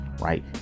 Right